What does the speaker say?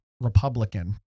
Republican